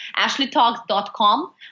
ashleytalks.com